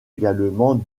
également